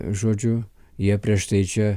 žodžiu jie prieš tai čia